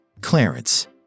Clarence